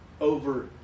over